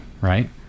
right